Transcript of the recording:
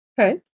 okay